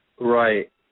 Right